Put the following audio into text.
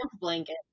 blanket